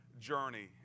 journey